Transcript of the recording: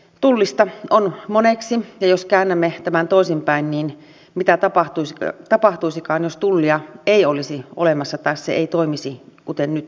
tullista on moneksi ja jos käännämme tämän toisinpäin niin mitä tapahtuisikaan jos tullia ei olisi olemassa tai se ei toimisi kuten se nyt suomessa toimii